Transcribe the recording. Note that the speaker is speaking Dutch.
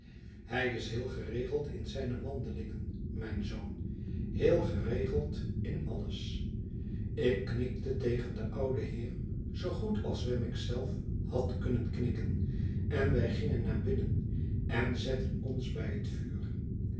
hij is heel geregeld in zijne wandelingen mijn zoon heel geregeld in alles ik knikte tegen den ouden heer zoo goed als wemmick zelf had kunnen knikken en wij gingen naar binnen en zetten ons bij het vuur